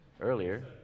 earlier